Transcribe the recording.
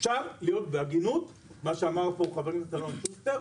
אפשר להיות בהגינות, מה שאמר פה חברי שוסטר,